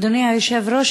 אדוני היושב-ראש,